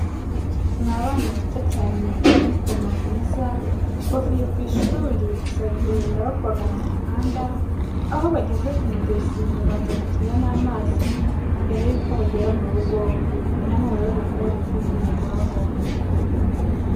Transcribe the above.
Ni abana bato cyane, mu nifomo nziza, bavuye ku ishuri, gusa bari kugenda bakubagana mu muhanda, aho bageze ku mugezi babanza gukina n'amazi mbere yuko bagera mu rugo, namwe murabibona ko bari kuyimenaguraraho.